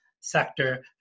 sector